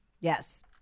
Yes